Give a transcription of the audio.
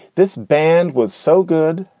this band was so good.